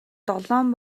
долоон